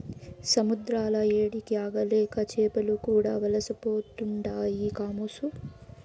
సముద్రాల ఏడికి ఆగలేక చేపలు కూడా వలసపోతుండాయి కామోసు